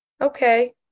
okay